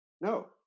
no